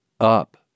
up